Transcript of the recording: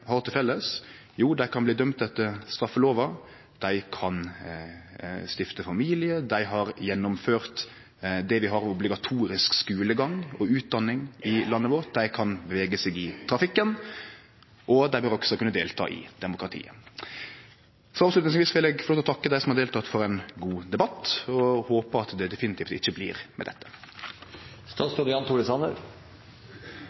har til felles? Jo, dei kan bli dømde etter straffelova, dei kan stifte familie, dei har gjennomført det vi har av obligatorisk skulegang og utdanning i landet vårt, dei kan bevege seg i trafikken – og dei bør også kunne delta i demokratiet. Til slutt vil eg få lov til å takke dei som har delteke, for ein god debatt. Eg håpar definitivt at det ikkje blir med